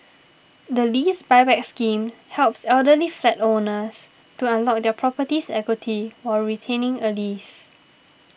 the Lease Buyback Scheme helps elderly flat owners to unlock their property's equity while retaining a lease